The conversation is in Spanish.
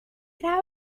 trabaja